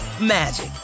magic